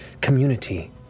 community